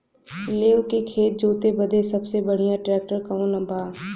लेव के खेत जोते बदे सबसे बढ़ियां ट्रैक्टर कवन बा?